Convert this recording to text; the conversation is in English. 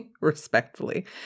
respectfully